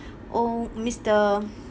ong mister